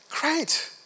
Great